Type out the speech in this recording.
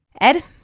Ed